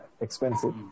expensive